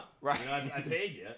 Right